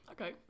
Okay